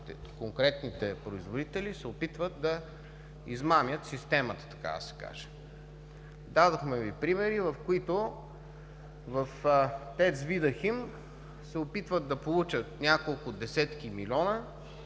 конкретните производители се опитват да измамят системата така да се каже. Дадохме примери, в които в ТЕЦ „Видахим“ се опитват да получат няколко десетки милиони